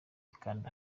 kanda